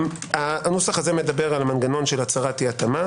הנוסח הזה מדבר על מנגנון של הצהרת אי התאמה